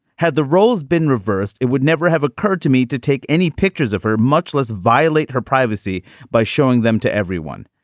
had the roles been reversed, it would never have occurred to me to take any pictures of her, much less violate her privacy by showing them to everyone.